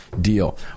deal